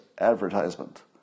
advertisement